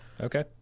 okay